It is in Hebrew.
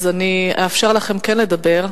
אאפשר לכם לדבר.